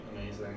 amazing